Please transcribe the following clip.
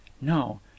no